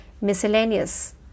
Miscellaneous